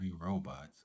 Robots